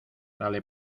dale